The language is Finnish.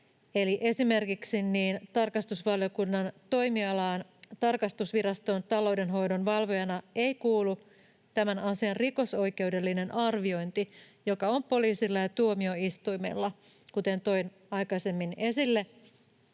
esimerkiksi tarkastusvaliokunnan toimialaan tarkastusviraston taloudenhoidon valvojana ei kuulu tämän asian rikosoikeudellinen arviointi, joka on poliisilla ja tuomioistuimella, kuten toin aikaisemmin esille,